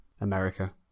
America